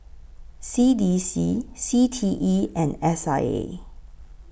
C D C C T E and S I A